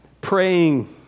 Praying